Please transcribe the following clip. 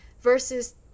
versus